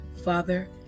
Father